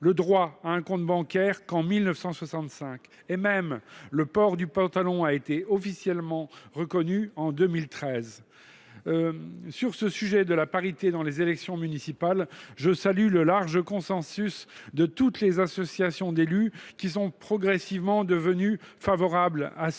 le droit à un compte bancaire qu’en 1965. Bien plus, le port du pantalon a été officiellement reconnu en 2013. Sur la question de la parité dans les élections municipales, je salue le large consensus de toutes les associations d’élus, qui y sont progressivement devenues favorables. Pour